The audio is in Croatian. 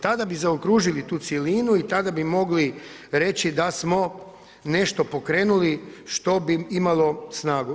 Tada bi zaokružili tu cjelinu i tada bi mogli reći da smo nešto pokrenuli što bi imalo snagu.